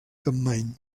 capmany